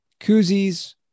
koozies